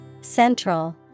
Central